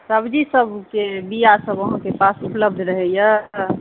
सब्जी सबके बिआ अहाँकेँ लग उपलब्ध रहैया